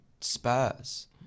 Spurs